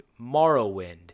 Morrowind